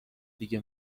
دیگه